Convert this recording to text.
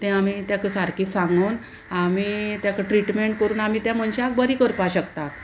तें आमी तेका सारकें सांगून आमी तेका ट्रिटमेंट करून आमी त्या मनशाक बरी करपा शकता